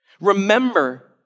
Remember